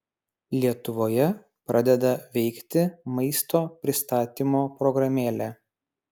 lietuvoje pradeda veikti maisto pristatymo programėlė